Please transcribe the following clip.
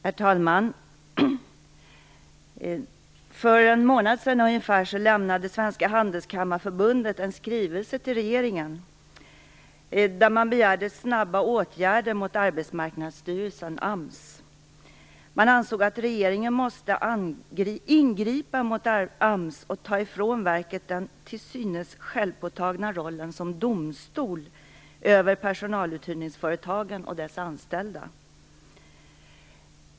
Herr talman! För ungefär en månad sedan lämnade Arbetsmarknadsstyrelsen, AMS. Man ansåg att regeringen måste ingripa mot AMS och ta ifrån verket den till synes självpåtagna rollen som domstol över personaluthyrningsföretagen och dess anställda.